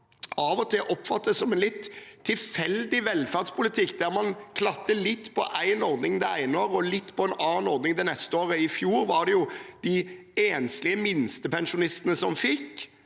av og til oppfattes som en litt tilfeldig velferdspolitikk, der man klatter litt på én ordning det ene året og litt på en annen ordning det neste året. I fjor var det de enslige minstepensjonistene som fikk,